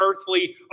earthly